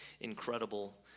incredible